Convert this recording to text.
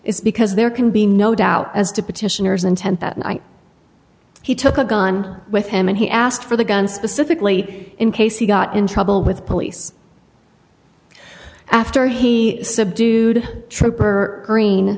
is because there can be no doubt as to petitioners intent that night he took a gun with him and he asked for the gun specifically in case he got in trouble with police after he subdued trooper green